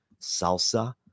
salsa